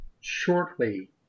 shortly